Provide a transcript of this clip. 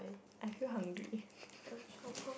I feel hungry